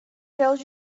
tells